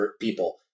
people